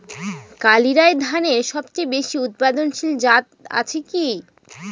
কালিরাই ধানের সবচেয়ে বেশি উৎপাদনশীল জাত আছে কি?